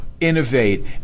innovate